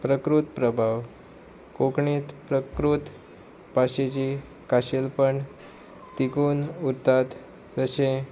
प्रकृत प्रभाव कोंकणींत प्रकृत भाशेची खाशेलपण तिगून उरतात तशें